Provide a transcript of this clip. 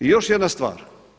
I još jedna stvar.